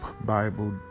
Bible